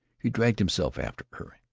he dragged himself after her.